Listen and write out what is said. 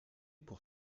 pour